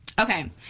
okay